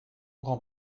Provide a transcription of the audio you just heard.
grand